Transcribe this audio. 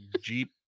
Jeep